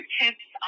tips